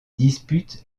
dispute